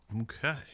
Okay